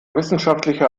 wissenschaftlicher